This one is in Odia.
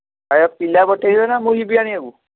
ଆଜ୍ଞା ପିଲା ପଠାଇବେ ନାଁ ମୁଁ ଯିବି ଆଣିବାକୁ